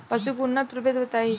पशु के उन्नत प्रभेद बताई?